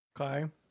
Okay